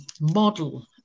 Model